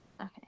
Okay